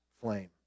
flame